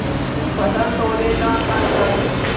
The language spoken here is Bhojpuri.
फसल तौले ला का चाही?